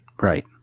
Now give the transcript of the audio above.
right